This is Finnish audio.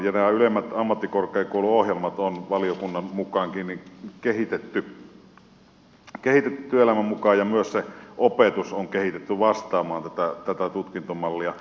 nämä ylemmät ammattikorkeakouluohjelmat on valiokunnankin mukaan kehitetty työelämän mukaan ja myös se opetus on kehitetty vastaamaan tätä tutkintomallia